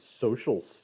social